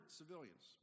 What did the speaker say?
civilians